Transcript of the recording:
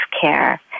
care